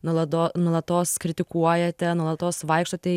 nuolado nuolatos kritikuojate nuolatos vaikštote į